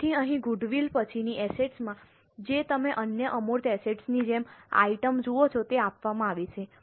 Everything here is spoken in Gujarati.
તેથી અહીં ગુડવિલ પછીની એસેટ્સ માં જે તમે અન્ય અમૂર્ત એસેટ્સ ની જેમ આઇટમ જુઓ છો તે આપવામાં આવી છે